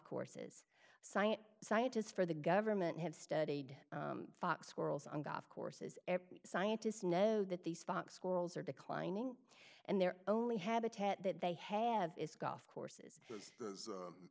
courses science scientists for the government have studied fox squirrels and golf courses and scientists know that these fox squirrels are declining and their only habitat that they have is golf courses